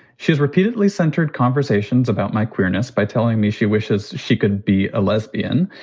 she has repeatedly centered conversations about my queerness by telling me she wishes she could be a lesbian,